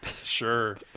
Sure